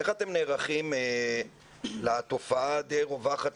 איך אתם נערכים לתופעה הדי רווחת,